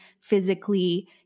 physically